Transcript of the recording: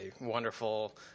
wonderful